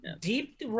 deep